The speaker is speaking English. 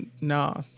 nah